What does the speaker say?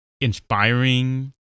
inspiring